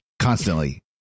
Constantly